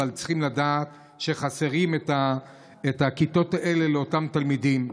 אבל צריכים לדעת שחסרות הכיתות האלה לאותם תלמידים.